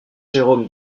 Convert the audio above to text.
jérôme